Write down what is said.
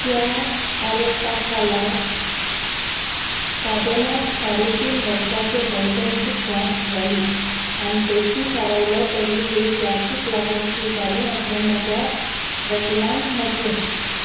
ह्या आरोपा खाला कादोनाक साडे तीन वर्सांचे बंदकणीची ख्यास्त जाली आनी दोशी थारायलो तरी हे ख्यास्तीक लागून सू जाले अशें म्हज्या वकिलान म्हटलें